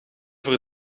voor